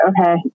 okay